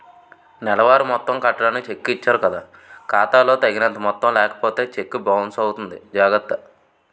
నెలవారీ మొత్తం కట్టడానికి చెక్కు ఇచ్చారు కదా ఖాతా లో తగినంత మొత్తం లేకపోతే చెక్కు బౌన్సు అవుతుంది జాగర్త